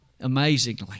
Amazingly